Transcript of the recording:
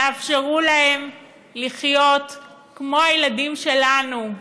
תאפשרו להם לחיות כמו הילדים שלנו,